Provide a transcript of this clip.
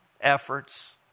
efforts